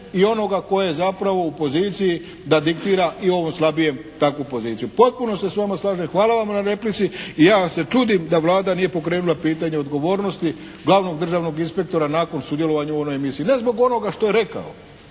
i onoga tko je zapravo u poziciji da diktira i ovom slabijem takvu poziciju. Potpuno se s vama slažem, hvala vam na replici i ja se čudim da Vlada nije pokrenula pitanje odgovornosti glavnog državnog inspektora nakon sudjelovanja u onoj emisiji. Ne zbog onoga što je rekao,